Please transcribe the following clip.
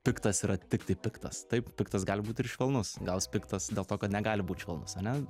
piktas yra tiktai piktas taip piktas gali būt ir švelnus gal jis piktas dėl to kad negali būt švelnus ane